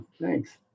thanks